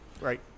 right